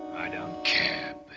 i don't care,